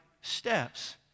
steps